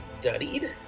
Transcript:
studied